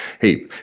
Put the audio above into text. hey